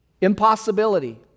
Impossibility